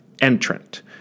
entrant